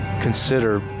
consider